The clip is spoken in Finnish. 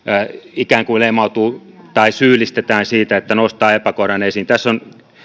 ikään kuin leimautuu tai syyllistetään siitä että nostaa epäkohdan esiin tässä on